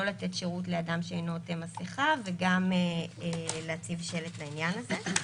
לתת שירות לאדם שאינו עוטה מסכה וגם להציב שלט לעניין הזה.